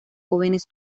jóvenes